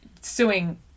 suing